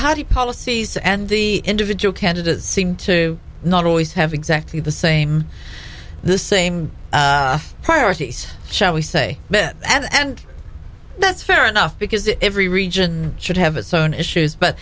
party policies and the individual candidates seem to not always have exactly the same the same priorities shall we say and that's fair enough because every region should have its own issues but